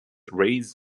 rays